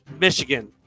Michigan